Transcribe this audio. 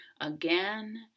again